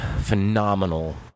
phenomenal